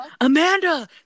Amanda